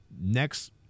next